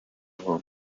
were